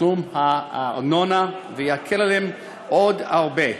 תשלום הארנונה, וזה יקל עליהם עוד הרבה.